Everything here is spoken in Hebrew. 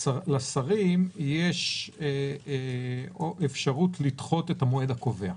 לשרים יש אפשרות לדחות את המועד הקובע.